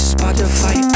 Spotify